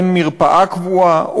אין מרפאה קבועה,